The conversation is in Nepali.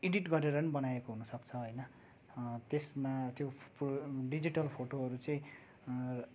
इडिट गरेर नि बनाएको पनि हुन सक्छ होइन त्यसमा त्यो डिजिटल फोटोहरू चाहिँ